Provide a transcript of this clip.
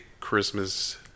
Christmas